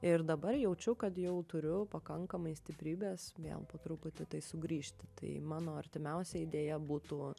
ir dabar jaučiu kad jau turiu pakankamai stiprybės vien po truputį tai sugrįžti tai mano artimiausia idėja būtų